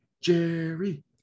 Jerry